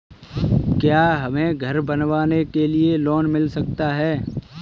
क्या हमें घर बनवाने के लिए लोन मिल सकता है?